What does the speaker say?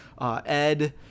Ed